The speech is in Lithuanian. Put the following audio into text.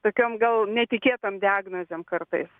tokiom gal netikėtam diagnozėm kartais